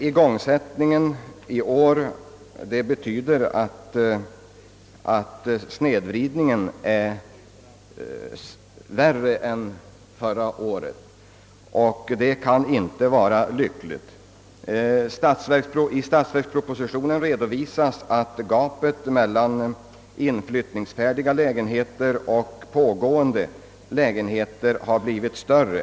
Igångsättningen 1966 innebär att snedvridningen blir än värre, och det får följdverkningar för innevarande år. I statsverkspropositionen redovisas att gapet mellan inflyttningsfärdiga lägenheter och under byggnad varande lägenheter har blivit större.